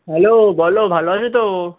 hello বলো ভালো আছো তো